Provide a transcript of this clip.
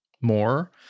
more